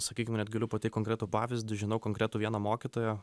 sakykim net galiu patei konkretų pavyzdį žinau konkretų vieną mokytoją